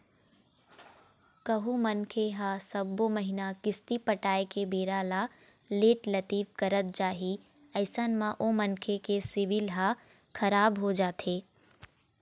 कहूँ मनखे ह सब्बो महिना किस्ती पटाय के बेरा ल लेट लतीफ करत जाही अइसन म ओ मनखे के सिविल ह खराब हो जाथे